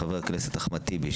חבר הכנסת אחמד טיבי,